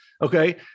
okay